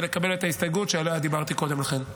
ולקבל את ההסתייגות שעליה דיברתי קודם לכן.